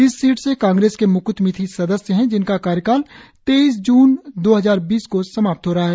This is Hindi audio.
इस सीट से कांग्रेस के म्क्त मिथि सदस्य हैं जिनका कार्यकाल तेइस जून दो हजार बीस को समाप्त हो रहा है